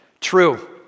True